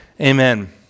Amen